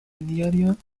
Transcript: diario